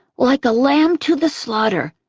like a lamb to the slaughter.